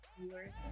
viewers